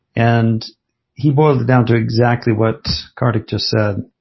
and he boiled it down to exactly what karthik just said,